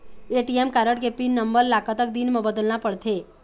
ATM card के pin number ला कतक दिन म बदलना पड़थे?